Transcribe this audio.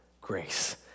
grace